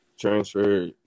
transfer